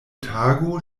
tago